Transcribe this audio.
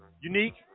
Unique